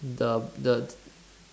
the the